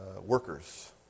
workers